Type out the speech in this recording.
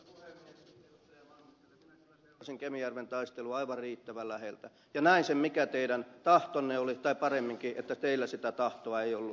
minä kyllä seurasin kemijärven taistelua aivan riittävän läheltä ja näin sen mikä teidän tahtonne oli tai paremminkin että teillä sitä tahtoa ei ollut